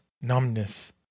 numbness